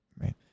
right